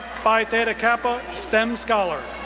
phi theta kappa, stem scholar.